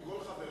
עם כל חברי.